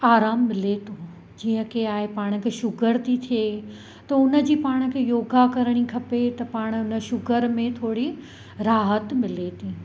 आराम मिले थो जीअं की आहे पाण खे शुगर थी थिए त उन जी पाण खे योगा करणी खपे त पाण उन शुगर में थोड़ी राहत मिले थी